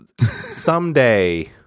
Someday